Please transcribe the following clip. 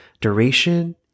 duration